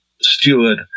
steward